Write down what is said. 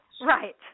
Right